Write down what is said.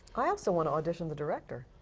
i also want to audition the director.